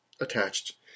attached